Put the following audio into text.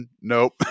nope